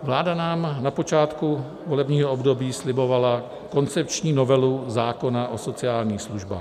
Vláda nám na počátku volebního období slibovala koncepční novelu zákona o sociálních službách.